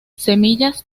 semillas